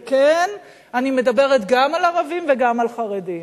וכן, אני מדברת גם על ערבים וגם על חרדים.